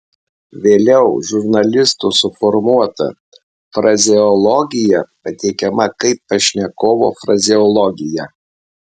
vėliau žurnalisto suformuota frazeologija pateikiama kaip pašnekovo frazeologija